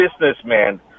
Businessman